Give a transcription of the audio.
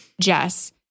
Jess